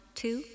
two